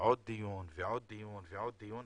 עוד דיון ועוד דיון ועוד דיון,